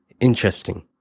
Interesting